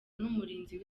n’umurinzi